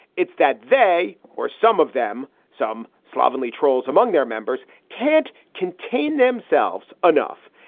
it's that they or some of them, some slovenly trolls among their members, can't contain themselves enough.